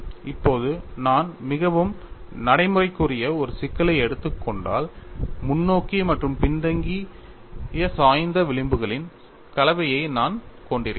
இப்போது நான் மிகவும் நடைமுறைக்குரிய ஒரு சிக்கலை எடுத்துக் கொண்டால் முன்னோக்கி மற்றும் பின்தங்கிய சாய்ந்த விளிம்புகளின் கலவையை நான் கொண்டிருந்தேன்